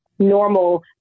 normal